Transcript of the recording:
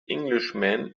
englishman